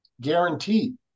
guaranteed